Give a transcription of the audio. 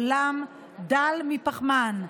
עולם דל פחמן.